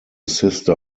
sister